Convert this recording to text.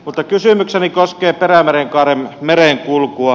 mutta kysymykseni koskee perämerenkaaren merenkulkua